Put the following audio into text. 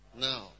now